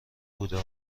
بودا